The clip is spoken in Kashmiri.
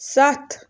سَتھ